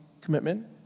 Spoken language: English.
commitment